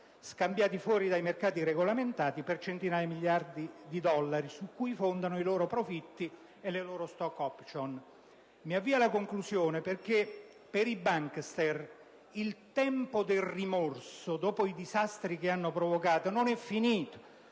scambiati fuori dai mercati regolamentati per centinaia di milioni di dollari, su cui fondano i loro profitti e le loro *stock option*. Per i *bankster* «il tempo del rimorso», dopo i disastri che hanno provocato, non è finito.